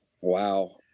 Wow